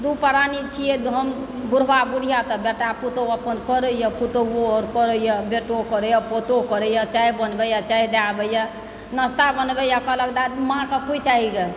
दू प्राणी छियै हम बुढ़वा बुढ़िआ तऽ बेटा पुतहु अपन करैए पुतहुओ आर करैए बेटो करैए पोतो करैए चाय बनबै यऽ चाय दए आबैए नाश्ता बनबैए कहलक माँ कऽ पुछि आबहि गऽ